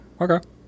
Okay